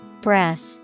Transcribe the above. Breath